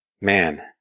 Man